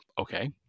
okay